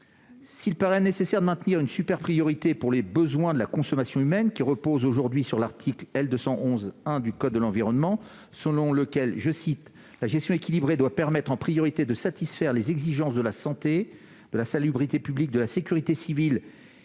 Il paraît nécessaire de maintenir une « super priorité » pour les besoins de la consommation humaine. Celle-ci repose aujourd'hui sur l'article L. 211-1 du code de l'environnement, lequel dispose :« La gestion équilibrée doit permettre en priorité de satisfaire les exigences de la santé, de la salubrité publique, de la sécurité civile